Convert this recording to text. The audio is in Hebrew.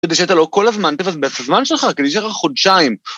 ‫כדי שאתה לא כל הזמן ‫תבזבז את הזמן שלך, ‫כדי שישאר לך חודשיים.